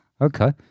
Okay